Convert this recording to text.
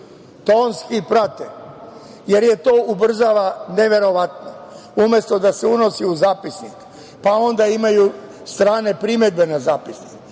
tonski prate, jer to ubrzava neverovatno. Umesto da se unosi u zapisnik, pa onda imaju strane primedbe na zapisnik,